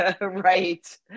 right